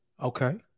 Okay